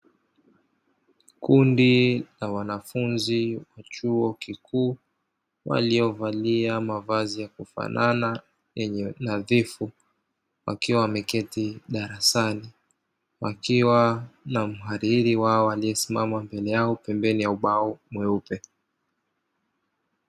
Kundi la wanafunzi chuo kikuu waliovalia mavazi ya kufanana yenye nadhifu, wakiwa wameketi darasani wakiwa na mhariri wao aliyesimama mbele yao pembeni ya ubao mweupe.